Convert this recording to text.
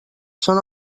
són